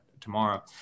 tomorrow